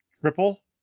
triple